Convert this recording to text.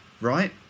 right